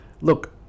look